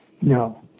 no